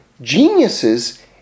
geniuses